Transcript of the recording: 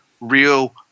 real